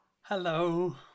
Hello